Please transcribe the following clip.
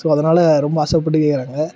so அதனால் ரொம்ப ஆசைப்பட்டு கேட்கறாங்க